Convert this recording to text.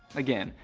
again,